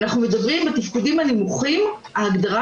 בתפקודים הנמוכים אנחנו מדברים על הגדרה